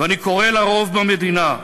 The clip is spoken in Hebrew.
ואני קורא לרוב במדינה,